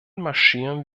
marschieren